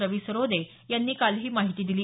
रवि सरोदे यांनी काल ही माहिती दिली